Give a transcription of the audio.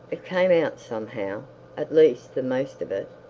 it came out somehow at least the most of it